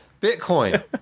Bitcoin